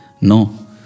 No